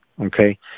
okay